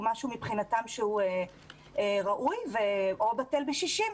הוא משהו שמבחינתן ראוי או בטל בשישים.